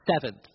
Seventh